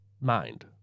mind